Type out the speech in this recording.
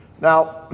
Now